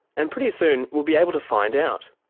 and pretty soon we'll be able to find out.